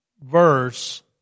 verse